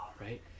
Right